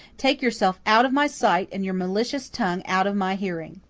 take yourself out of my sight, and your malicious tongue out of my hearing!